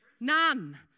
None